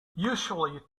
usually